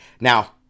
Now